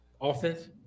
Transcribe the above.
offense